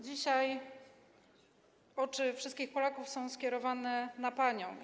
Dzisiaj oczy wszystkich Polaków są skierowane na panią.